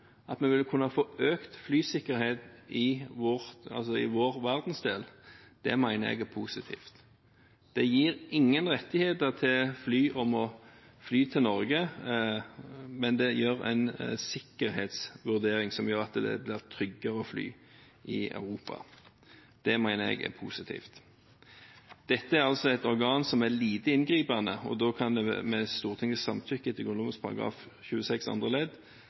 at en vil kunne få økt flysikkerhet i vår verdensdel. Det mener jeg er positivt. Det gir ingen rettigheter til å fly til Norge, men det gir en sikkerhetsvurdering som gjør at det blir tryggere å fly i Europa. Det mener jeg er positivt. Dette er altså et organ som er lite inngripende, og da kan det med Stortingets samtykke til Grunnloven § 26 andre ledd